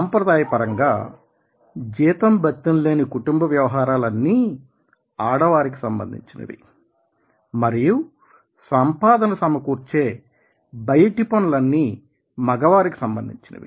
సాంప్రదాయ పరంగా జీతం బత్తెం లేని కుటుంబ వ్యవహారాలన్నీ ఆడవారికి సంబంధించినవి మరియు సంపాదన సమకూర్చే బయటి పనులన్నీ మగవారికి సంబంధించినవి